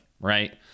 right